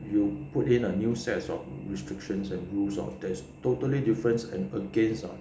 you put in a new sets of restrictions and rules ah that's totally different and against ah